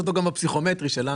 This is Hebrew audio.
יש אותו גם בפסיכומטרי שלנו.